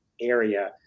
area